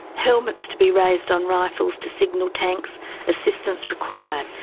helmets to be raised on rifles to signal tanks assistance required.